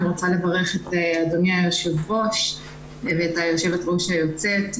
אני רוצה לברך את אדוני היושב ראש ואת יושבת הראש היוצאת.